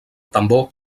tambor